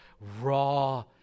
raw